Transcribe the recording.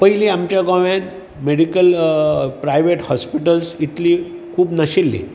पयलीं आमच्या गोंयान मेडिकल प्रायवेट हाॅस्पिटल इतलीं खूब नाशिल्लीं